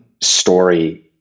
story